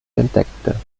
entdeckte